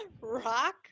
rock